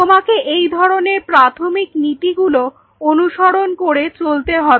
তোমাকে এই ধরনের প্রাথমিক নীতি গুলো অনুসরণ করে চলতে হবে